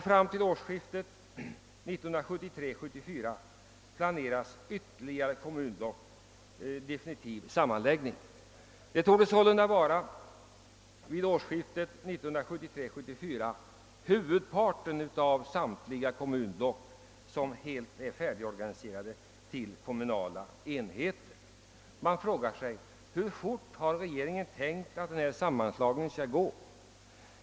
Fram till årsskiftet 1973—1974 beräknas ytterligare kommunblock vara definitivt sammanlagda. Huvudparten av kommunblocken är då organiserade till kommunala enheter. Hur fort har regeringen tänkt sig att sammanslagningen skulle gå?